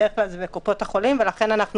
בדרך כלל זה בקופות החולים ולכן אנחנו